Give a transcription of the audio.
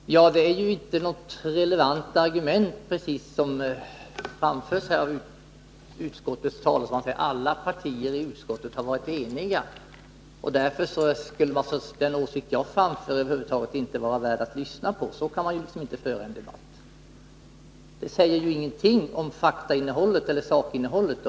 Fru talman! Det är inte precis något relevant argument som utskottets talesman här framför, när han säger att alla partier i utskottet har varit eniga och att den åsikt som jag har framfört därför över huvud taget inte skulle vara värd att lyssna på. Så kan man naturligtvis inte föra en debatt. Det säger ingenting om sakinnehållet.